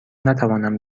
نتوانم